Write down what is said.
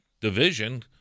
division